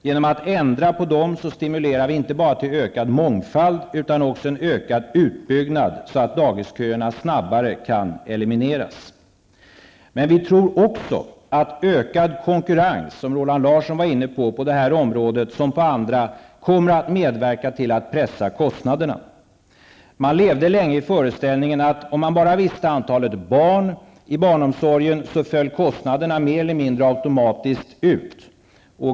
Genom att ändra på dessa stimulerar vi inte bara till ökad mångfald utan också till en ökad utbyggnad så att dagisköerna snabbare kan elimineras. Vi tror också att en ökad konkurrens -- Roland Larsson var inne på detta -- på det här området som på andra kommer att medverka till att pressa kostnaderna. Man levde länge i föreställningen att om man bara hade ett visst antal barn i barnomsorgen föll kostnaderna mer eller mindre automatiskt ut.